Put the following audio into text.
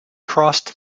crossed